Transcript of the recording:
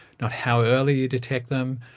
not how early you detect them,